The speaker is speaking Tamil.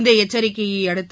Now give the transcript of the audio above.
இந்த எச்சரிக்கையை அடுத்து